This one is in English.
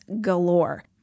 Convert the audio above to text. galore